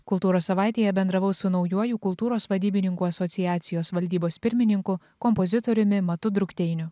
kultūros savaitėje bendravau su naujuoju kultūros vadybininkų asociacijos valdybos pirmininku kompozitoriumi matu drukteiniu